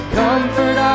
comfort